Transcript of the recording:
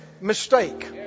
mistake